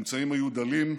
האמצעים היו דלים,